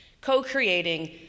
Co-creating